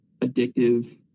addictive